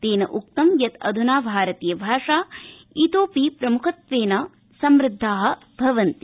तेनोक्त यत् अधुना भारतीयभाषा इतोऽपि प्रमुखत्वेन समुद्धा भवन्ति